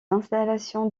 installations